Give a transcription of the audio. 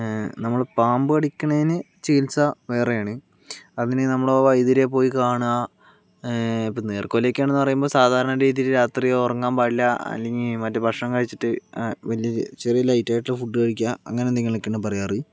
നമ്മളെ പാമ്പ് കടിക്കുന്നതിന് ചികിത്സ വേറെയാണ് അതിന് നമ്മൾ ആ വൈദ്യരെ പോയി കാണുക ഇപ്പോൾ നീർക്കോലിയൊക്കെ ആണ് എന്ന് പറയുമ്പോൾ സാധാരണ രീതിയിൽ രാത്രി ഉറങ്ങാൻ പാടില്ല അല്ലെങ്കിൽ മറ്റേ ഭക്ഷണം കഴിച്ചിട്ട് വലിയ ചെറിയ ലൈറ്റ് ആയിട്ട് ഫുഡ് കഴിക്കുക അങ്ങനെ എന്തെങ്കിലും ഒക്കെയാണ് പറയാറ്